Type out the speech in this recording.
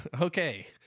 Okay